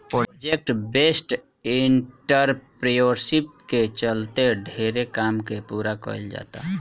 project based entrepreneurship के चलते ढेरे काम के पूरा कईल जाता